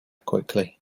quickly